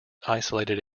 isolated